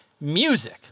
music